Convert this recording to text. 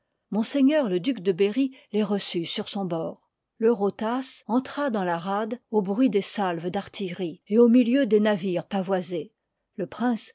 ms le duc de berry les reçut mt ôh bord ueurotds entra dfttïs la rade âu bruit dès salves dat tillerie et au milieu des navires pavoises le prince